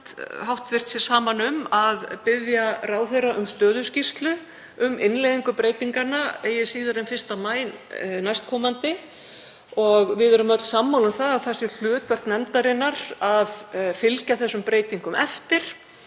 sér saman um að biðja ráðherra um stöðuskýrslu um innleiðingu breytinganna eigi síðar en 1. maí næstkomandi. Við erum öll sammála um að það sé hlutverk nefndarinnar að fylgja þessum breytingum eftir